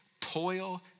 toil